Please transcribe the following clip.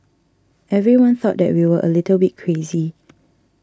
everyone thought that we were a little bit crazy